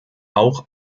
auch